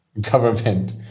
government